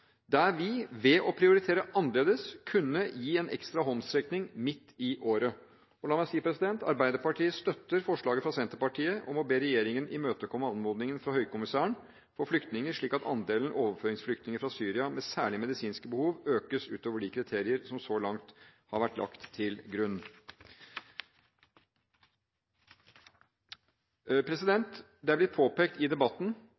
der vi ved å prioritere annerledes kunne gi en ekstra håndsrekning midt i året. La meg si: Arbeiderpartiet støtter forslaget fra Senterpartiet om å be regjeringen imøtekomme anmodningen fra Høykommissæren for flyktninger, slik at andelen overføringsflyktninger fra Syria med særlige medisinske behov økes utover de kriterier som så langt har vært lagt til grunn. Det er blitt påpekt i debatten